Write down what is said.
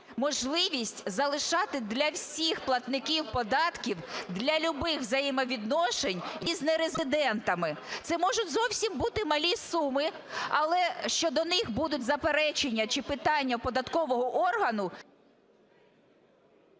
можливість залишати для всіх платників податків для любих взаємовідношень із нерезидентами? Це можуть зовсім бути малі суми, але щодо них будуть заперечення чи питання в податкового органу...